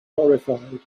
horrified